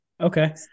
Okay